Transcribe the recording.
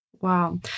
Wow